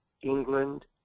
England